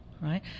right